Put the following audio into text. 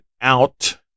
out